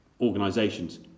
organisations